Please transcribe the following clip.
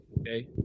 Okay